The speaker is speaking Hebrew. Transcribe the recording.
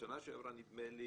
בשנה שעברה נדמה לי